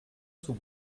sous